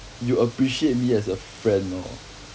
you appreciate me as a friend lor